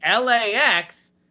LAX